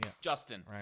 Justin